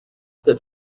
that